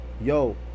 yo